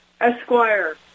Esquire